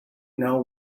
know